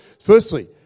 Firstly